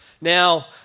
now